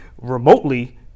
remotely